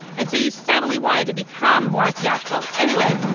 and so you suddenly wanted to become more theatrical. anyway,